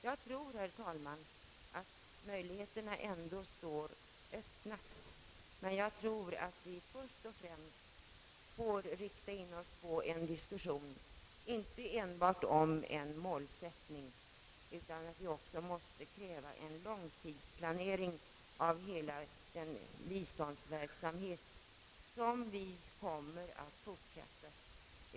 Jag tror, herr talman, att möjligheterna ändå står öppna. Men vi bör först och främst rikta in oss på en diskussion inte enbart om en målsättning, utan även om en långtidsplanering av hela den biståndsverksamhet som kommer att fortsättas.